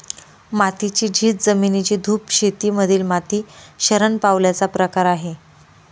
मातीची झीज, जमिनीची धूप शेती मधील माती शरण पावल्याचा प्रकार आहे